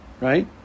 right